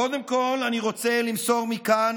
קודם כול, אני רוצה למסור מכאן